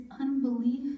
unbelief